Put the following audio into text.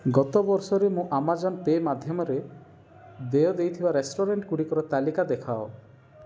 ଗତ ବର୍ଷରେ ମୁଁ ଆମାଜନ୍ ପେ ମାଧ୍ୟମରେ ଦେୟ ଦେଇଥିବା ରେଷ୍ଟୁରାଣ୍ଟ୍ଗୁଡ଼ିକର ତାଲିକା ଦେଖାଅ